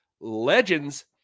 legends